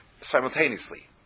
simultaneously